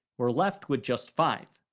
we're left with just five.